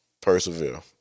Persevere